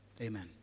Amen